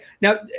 Now